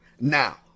now